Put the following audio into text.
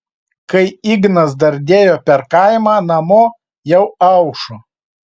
kai ignas dardėjo per kaimą namo jau aušo